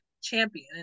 champion